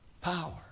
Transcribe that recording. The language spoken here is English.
Power